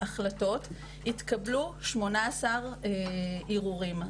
התקבלו 18 ערעורים.